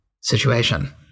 situation